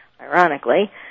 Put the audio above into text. ironically